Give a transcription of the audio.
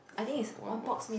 !huh! one box